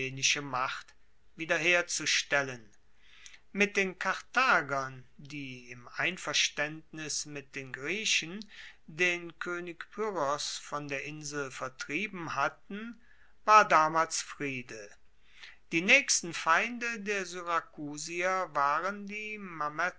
macht wiederherzustellen mit den karthagern die im einverstaendnis mit den griechen den koenig pyrrhos von der insel vertrieben hatten war damals friede die naechsten feinde der syrakusier waren die